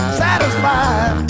satisfied